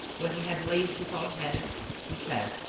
when he had laved his own hands, he said,